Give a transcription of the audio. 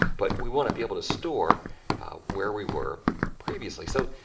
but we want to be able to store where we were previously. so,